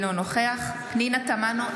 אינו נוכח פנינה תמנו,